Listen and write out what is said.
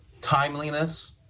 timeliness